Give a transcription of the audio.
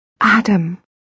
Adam